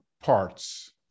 parts